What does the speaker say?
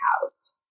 housed